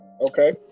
Okay